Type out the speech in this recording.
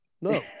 No